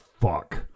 fuck